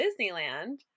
Disneyland